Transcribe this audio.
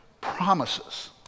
promises